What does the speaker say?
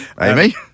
Amy